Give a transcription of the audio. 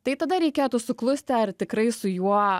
tai tada reikėtų suklusti ar tikrai su juo